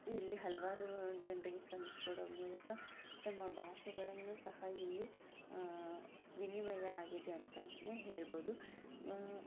ಇಲ್ಲಿ ಹಲವಾರು ಜನರಿಗೆ ಕಲಿಸ್ಕೊಡೋ ಮೂಲಕ ತಮ್ಮ ಭಾಷೆಗಳನ್ನು ಸಹ ಇಲ್ಲಿ ವಿನಿಮಯ ಆಗಿದೆ ಅಂತನೇ ಹೇಳ್ಬೋದು